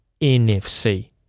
NFC